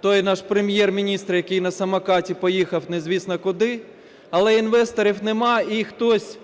Той наш Прем'єр-міністр, який на самокаті поїхав незвісно куди, але інвесторів немає, і хтось,